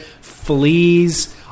Fleas